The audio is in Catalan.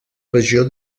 regió